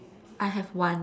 I have one